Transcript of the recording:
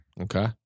Okay